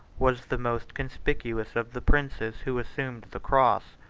was the most conspicuous of the princes who assumed the cross.